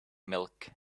milk